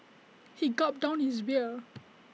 he gulped down his beer